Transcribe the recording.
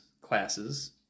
classes